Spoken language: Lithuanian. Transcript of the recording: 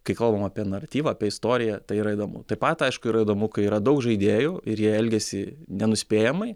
kai kalbam apie naratyvą apie istoriją tai yra įdomu taip pat aišku yra įdomu kai yra daug žaidėjų ir jie elgiasi nenuspėjamai